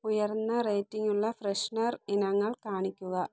ഉയർന്ന റേറ്റിംഗ് ഉള്ള ഫ്രെഷ്നർ ഇനങ്ങൾ കാണിക്കുക